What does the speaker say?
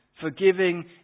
forgiving